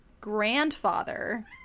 grandfather